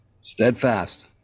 steadfast